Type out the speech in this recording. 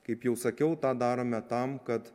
kaip jau sakiau tą darome tam kad